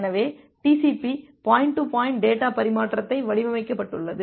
எனவே TCP point to point data பரிமாற்றத்தை வடிவமைக்கப்பட்டுள்ளது